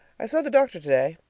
i saw the doctor today.